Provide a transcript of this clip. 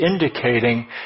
indicating